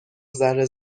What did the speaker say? ذره